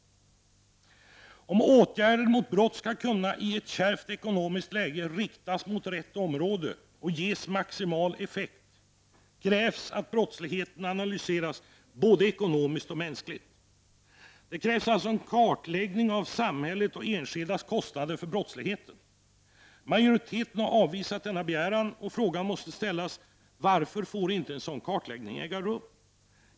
Om åtgärder mot brott i ett kärvt ekonomiskt läge skall kunna riktas mot rätt område och ges maximal effekt krävs att brottsligheten analyseras både ekonomiskt och mänskligt. Det krävs alltså en kartläggning av samhällets och enskildas kostnader för brottsligheten. Majoriteten har avvisat denna begäran och därför frågar man sig: Varför får inte en sådan kartläggning äga rum?